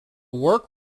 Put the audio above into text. work